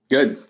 Good